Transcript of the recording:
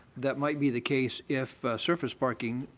that might be the case if surface parking,